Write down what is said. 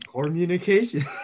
communication